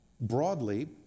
broadly